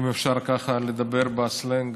אם אפשר ככה לדבר בסלנג